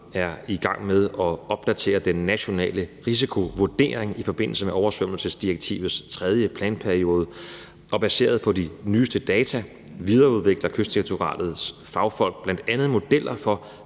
er i gang med at opdatere den nationale risikovurdering i forbindelse med oversvømmelsesdirektivets tredje planperiode, og baseret på de nyeste data videreudvikler Kystdirektoratets fagfolk bl.a. modeller for